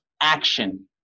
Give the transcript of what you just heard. action